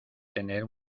tener